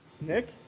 Nick